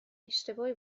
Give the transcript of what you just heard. اشتباهی